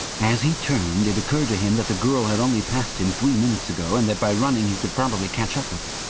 as he turned it occurred to him that the girl had only passed him three minutes ago and that by running he could probably catch up with her.